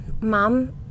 Mom